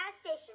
station